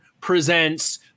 presents